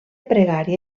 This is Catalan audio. pregària